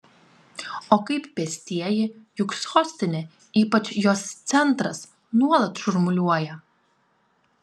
o kaip pėstieji juk sostinė ypač jos centras nuolat šurmuliuoja